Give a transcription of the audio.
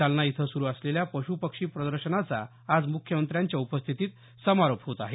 जालना इथं सुरू असलेल्या पशूपक्षी प्रदर्शनाचा आज मुख्यमंत्र्यांच्या उपस्थितीत समारोप होत आहे